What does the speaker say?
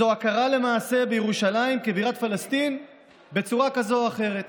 זאת הכרה למעשה בירושלים כבירת פלסטין בצורה כזאת או אחרת.